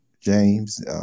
James